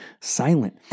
silent